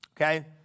okay